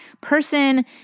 person